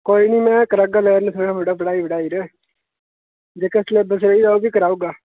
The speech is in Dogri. कोई ना में करागा लर्न थोह्ड़ा थोह्ड़ा पढ़ाई पढ़ूई र जेह्का सलेबस रेही दा ओह्बी कराई ओड़गा